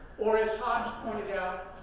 or, as hobbes pointed out,